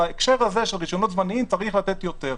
בהקשר הזה של רישיונות זמניים צריך לתת יותר.